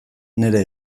nire